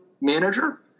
manager